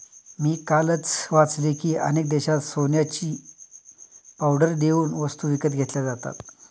मी कालच वाचले की, अनेक देशांत सोन्याची पावडर देऊन वस्तू विकत घेतल्या जातात